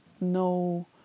no